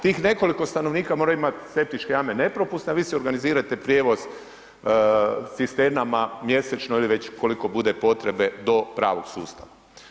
Tih nekoliko stanovnika mora imati septičke jame nepropusne a vi si organizirajte prijevoz sa cisternama mjesečno ili već koliko bude potrebe do pravog sustava.